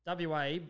WA